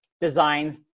designs